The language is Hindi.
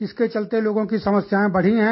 इसके चलते लोगों की समस्याएं बढ़ी हैं